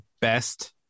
best